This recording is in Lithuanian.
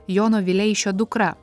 jono vileišio dukra